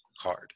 hard